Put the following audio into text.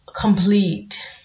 complete